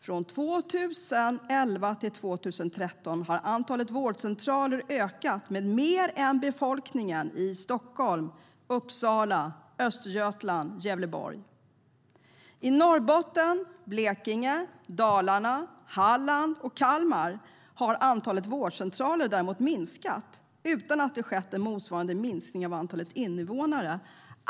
Från 2011 till 2013 har antalet vårdcentraler ökat med mer än befolkningsökningen i Stockholm, Uppsala, Östergötland och Gävleborg. I Norrbotten, Blekinge, Dalarna, Halland och Kalmar har antalet vårdcentraler däremot minskat, utan att det har skett motsvarande minskning av antalet invånare.